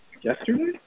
yesterday